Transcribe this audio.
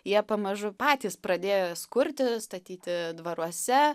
jie pamažu patys pradėjo jas kurti statyti dvaruose